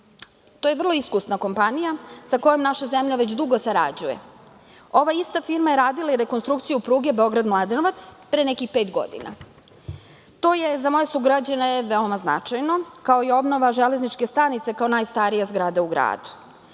To je vrlo iskusna kompanija sa kojom naša zemlja već dugo sarađuje. Ova ista firma je radila i rekonstrukciju pruge Beograd – Mladenovac, pre nekih pet godina. To je za moje sugrađane veoma značajno kao i obnova železničke stanice kao najstarija zgrada u gradu.